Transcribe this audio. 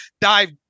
dive